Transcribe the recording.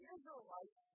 Israelites